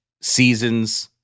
seasons